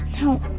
No